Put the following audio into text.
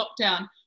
lockdown